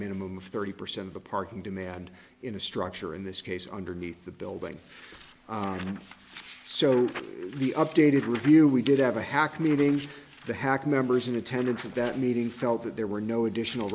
minimum of thirty percent of the parking demand in a structure in this case underneath the building and so the updated review we did have a hack meeting the hack members in attendance at that meeting felt that there were no additional